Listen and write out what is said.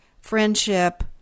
friendship